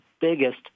biggest